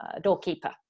Doorkeeper